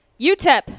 UTEP